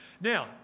Now